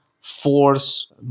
force